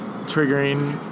triggering